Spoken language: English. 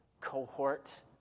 cohort